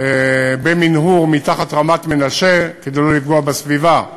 במנהור מתחת רמת-מנשה, כדי לא לפגוע בסביבה.